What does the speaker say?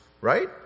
right